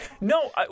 no